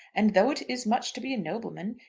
and though it is much to be a nobleman,